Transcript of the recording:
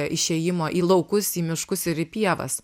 išėjimo į laukus į miškus ir į pievas